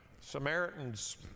Samaritans